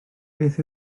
beth